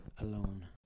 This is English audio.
alone